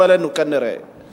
שכנראה תבוא אלינו,